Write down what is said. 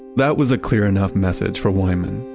that was a clear enough message for wyman.